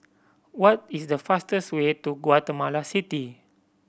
what is the fastest way to Guatemala City